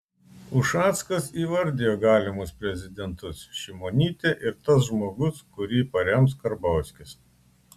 ušackas įvardijo galimus prezidentus šimonytė ir tas žmogus kurį parems karbauskis